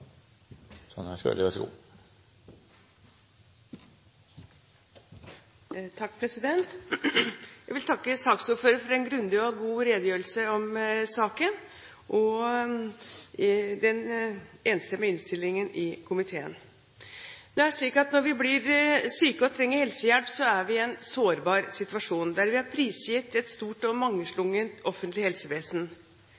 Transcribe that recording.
Jeg vil takke saksordføreren for en grundig og god redegjørelse om saken – og den enstemmige innstillingen i komiteen. Det er slik at når vi blir syke og trenger helsehjelp, er vi i en sårbar situasjon, der vi er prisgitt et stort og